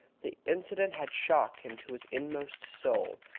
the incident had shocked him to his inmost soul.